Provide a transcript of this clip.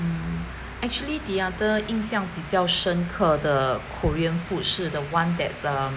actually the other 印象比较深刻的 korean food 是 the one that's um